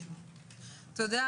תודה.